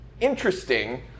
interesting